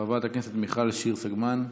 חברת הכנסת מיכל שיר סגמן,